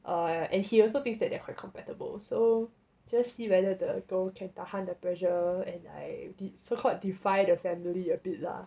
uh and he also thinks that they're quite compactable so just see whether the girl can tahan the pressure and like so called defy the family a bit lah